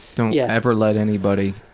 don't yeah ever let anybody